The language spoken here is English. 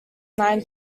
nine